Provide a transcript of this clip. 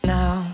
Now